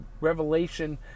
revelation